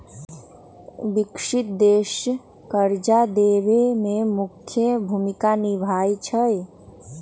विकसित देश कर्जा देवे में मुख्य भूमिका निभाई छई